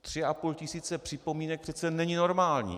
Tři a půl tisíce připomínek přece není normální.